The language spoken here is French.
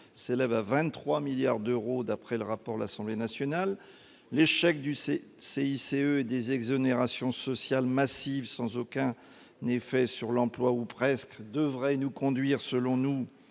s'élève à 23 milliards d'euros, d'après le rapport de l'Assemblée nationale. L'échec du CICE et des exonérations sociales massives sans aucun effet sur l'emploi, ou presque, devrait nous conduire à